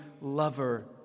lover